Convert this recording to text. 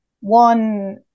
one